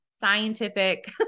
scientific